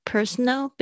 Personal